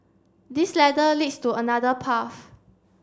this ladder leads to another path